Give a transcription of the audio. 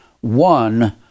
one